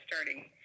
starting